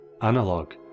Analog